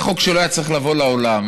זה חוק שלא היה צריך לבוא לעולם,